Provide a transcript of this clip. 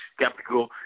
skeptical